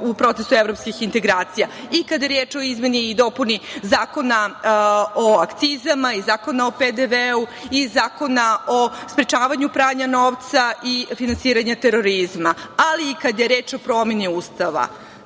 u procesu evropskih integracija, i kada je reč o izmeni i dopuni Zakona o akcizama i Zakona o PDV-u i Zakona o sprečavanju pranja novca i finansiranja terorizma, ali i kada je reč o promeni Ustava.